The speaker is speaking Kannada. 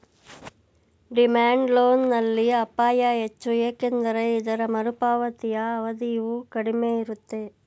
ಡಿಮ್ಯಾಂಡ್ ಲೋನ್ ನಲ್ಲಿ ಅಪಾಯ ಹೆಚ್ಚು ಏಕೆಂದರೆ ಇದರ ಮರುಪಾವತಿಯ ಅವಧಿಯು ಕಡಿಮೆ ಇರುತ್ತೆ